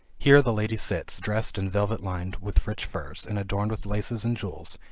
here the lady sits, dressed in velvet lined with rich furs, and adorned with laces and jewels,